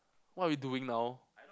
what are we doing now